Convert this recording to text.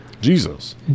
Jesus